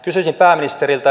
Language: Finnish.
kysyisin pääministeriltä